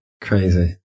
Crazy